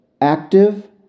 active